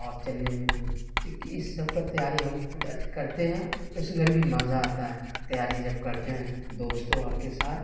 اور چلنے میں بھی تو اس سب کا تیاری ہم خود اج کرتے ہیں اس گھر بھی مزہ آتا ہے تیاری جب کرتے ہیں دوستوں اور کے ساتھ